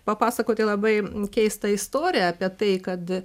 papasakoti labai keistą istoriją apie tai kad